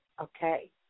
Okay